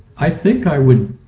i think i would